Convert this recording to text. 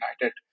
United